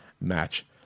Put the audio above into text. match